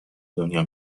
دنیا